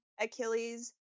Achilles